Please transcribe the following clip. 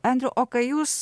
andrew o kai jūs